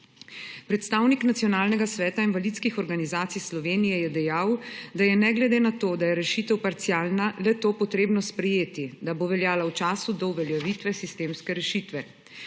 Predstavnik Nacionalnega sveta invalidskih organizacij Slovenije je dejal, da je ne glede na to, da je rešitev parcialna, le-to potrebno sprejeti, da bo veljala v času do uveljavitve sistemske rešitve.